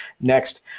Next